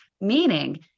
meaning